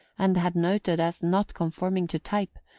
and had noted as not conforming to type,